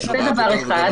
הדבר השני,